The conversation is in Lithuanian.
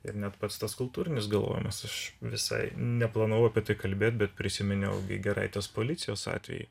ir net pats tas kultūrinis galvojimas aš visai neplanavau apie tai kalbėt bet prisiminiau giraitės policijos atvejį